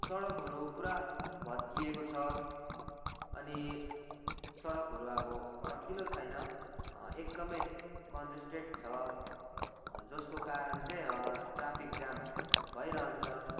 सडकहरू पुरा भत्किएको छ अनि सडकहरू अब फराकिलो छैन एकदमै कन्जस्टेड छ जसको कारण चाहिँ ट्राफिक जाम भइरहन्छ